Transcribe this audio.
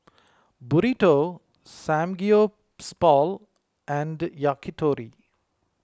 Burrito Samgeyopsal and Yakitori